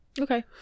Okay